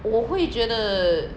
我会觉得